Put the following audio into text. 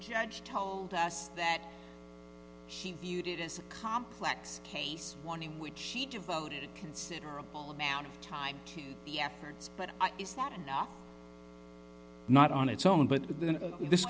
judge told us that she viewed it as a complex case one in which she devoted a considerable amount of time to the efforts but it is not enough not on its own but th